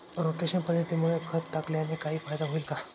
Rotation पद्धतीमुळे खत टाकल्याने काही फायदा होईल का?